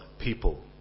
people